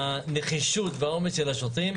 מהנחישות ומהאומץ של השוטרים.